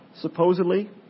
supposedly